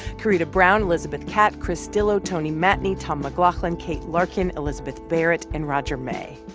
kurita brown, elizabeth cat, chris stilo, tony matney, tom mclaughlin, kate larkin, elizabeth barrett and roger may.